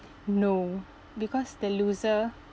no because the loser